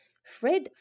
Fred